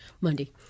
Monday